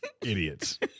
Idiots